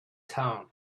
town